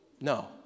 No